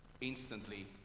instantly